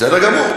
בסדר גמור.